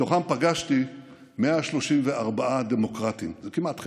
מתוכם פגשתי 134 דמוקרטים, זה כמעט חצי,